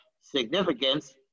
significance